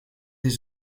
des